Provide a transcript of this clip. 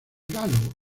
galo